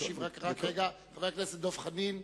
חבר הכנסת דב חנין,